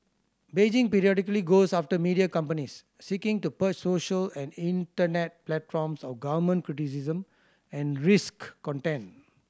Beijing periodically goes after media companies seeking to purge social and internet platforms of government criticism and risque content